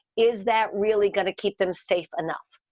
is that really going to keep them safe enough?